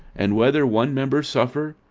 and whether one member suffer,